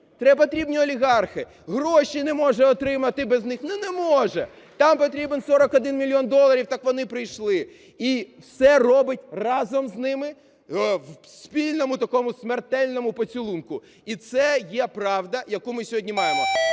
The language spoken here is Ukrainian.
може, потрібні олігархи, гроші не може отримати без них, не може, там потрібен 41 мільйон доларів, так вони прийшли. І все робить разом з ними у спільному, такому смертельному поцілунку. І це є правда, яку ми сьогодні маємо.